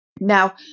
Now